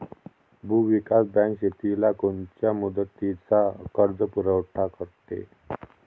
भूविकास बँक शेतीला कोनच्या मुदतीचा कर्जपुरवठा करते?